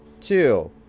two